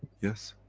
yes.